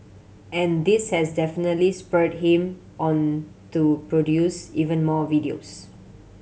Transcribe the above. and this has definitely spurred him on to produce even more videos